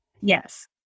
Yes